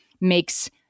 makes